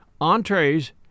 entrees